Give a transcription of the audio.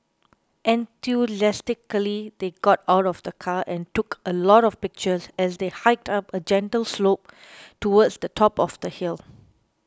enthusiastically they got out of the car and took a lot of pictures as they hiked up a gentle slope towards the top of the hill